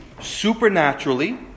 supernaturally